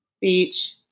Beach